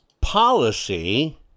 policy